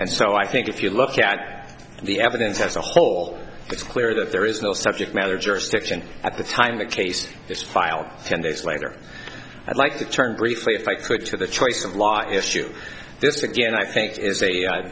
and so i think if you look at the evidence as a whole it's clear that there is no subject matter jurisdiction at the time the case is filed ten days later i'd like to turn briefly if i could to the choice of law issue this again i think